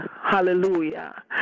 Hallelujah